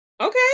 Okay